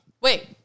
Wait